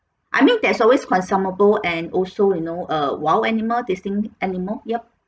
I mean there's always consumable and also you know uh wild animal distinctive animal yup